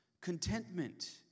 Contentment